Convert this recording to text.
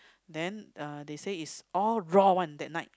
then uh they say is all raw one that night